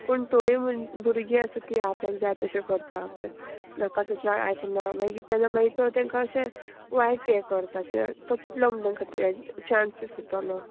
पूण थोडी म्हण भुरगीं आसा ती आपल्याक जाय तशें करता आपल्याक नाका तशें आयकना मागीर तेन्ना मागीर तो तेंकां अशें वायट हें करता कित्याक तो कितलो म्हण तेंकां हें चान्सीस दितलो